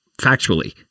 factually